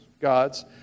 God's